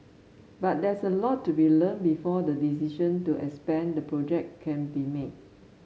but there's a lot to be learnt before the decision to expand the project can be made